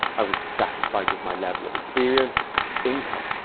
i was dissatisfied with my level of experience and income.